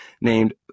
named